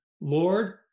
Lord